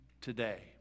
today